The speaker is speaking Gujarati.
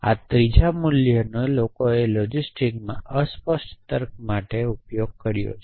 આ ત્રીજા મૂલ્ય નો લોકોએ લોજિસ્ટ્સમાં અસ્પષ્ટ તર્ક માટે કર્યો છે